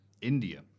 India